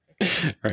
Right